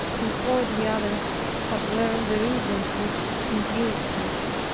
before the others have learned the reasons which induced to it.